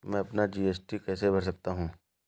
मैं अपना जी.एस.टी कैसे भर सकता हूँ?